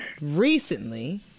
recently